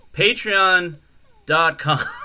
patreon.com